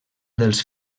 dels